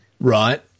Right